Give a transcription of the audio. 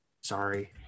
sorry